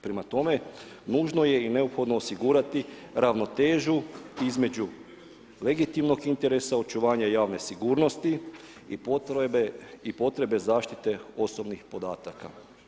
Prema tome, nužno je i neophodno osigurati ravnotežu između legitimnog interesa, očuvanje javne sigurnosti i potrebe zaštite osobnih podataka.